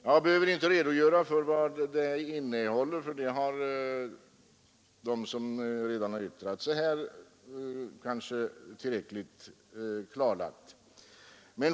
Jag behöver inte redogöra för vad förslaget innehåller, för det har de som redan har yttrat sig tillräckligt klarlagt.